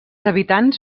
habitants